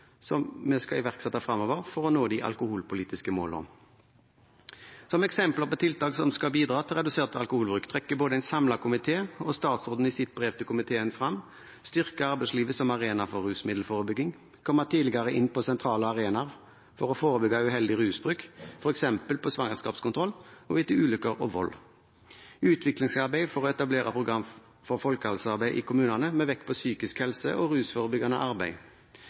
som vi skal iverksette fremover, for å nå de alkoholpolitiske målene. Som eksempler på tiltak som skal bidra til redusert alkoholbruk, trekker både en samlet komité og statsråden i sitt brev til komiteen frem å styrke arbeidslivet som arena for rusmiddelforebygging, å komme tidligere inn på sentrale arenaer for å forebygge uheldig rusbruk, f.eks. på svangerskapskontroll og etter ulykker og vold, utviklingsarbeid for å etablere program for folkehelsearbeid i kommunene med vekt på psykisk helse og rusforebyggende arbeid